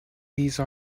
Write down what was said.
these